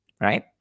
Right